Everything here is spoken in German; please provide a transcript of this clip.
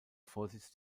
vorsitz